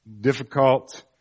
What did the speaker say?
difficult